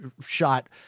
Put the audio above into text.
shot